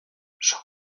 jean